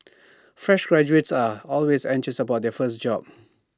fresh graduates are always anxious about their first job